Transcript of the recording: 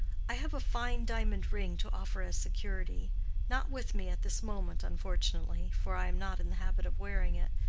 i have a fine diamond ring to offer as security not with me at this moment, unfortunately, for i am not in the habit of wearing it.